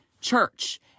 church